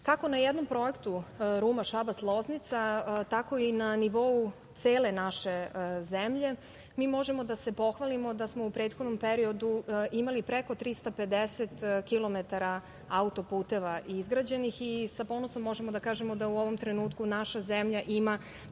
na jednom projektu Ruma-Šabac-Loznica, tako i na nivou cele naše zemlje mi možemo da se pohvalimo da smo u prethodnom periodu imali preko 350 kilometara auto-puteva izgrađenih i sa ponosom možemo da kažemo da u ovom trenutku naša zemlja ima